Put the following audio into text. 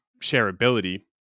shareability